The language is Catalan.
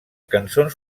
cançons